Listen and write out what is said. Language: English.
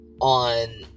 on